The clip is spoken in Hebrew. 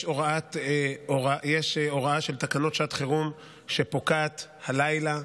יש הוראה של תקנות שעת חירום שפוקעת הלילה,